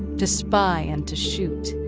to spy and to shoot.